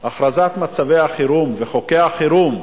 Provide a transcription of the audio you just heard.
הכרזת מצבי החירום וחוקי החירום,